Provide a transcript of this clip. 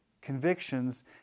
convictions